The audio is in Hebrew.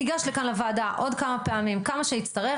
ניגש לכאן לוועדה עוד כמה פעמים כמה שיצטרך,